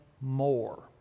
more